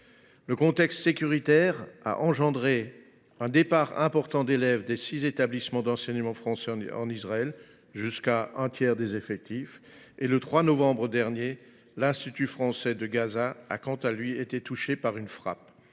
Le contexte sécuritaire a suscité un départ important d’élèves des six établissements d’enseignement français en Israël – jusqu’à un tiers des effectifs. Le 3 novembre dernier, l’Institut français de Gaza a été touché par une frappe.